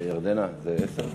ירדנה, זה עשר?